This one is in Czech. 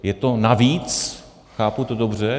Je to navíc, chápu to dobře?